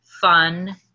fun